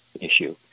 issue